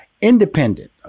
independent